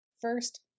First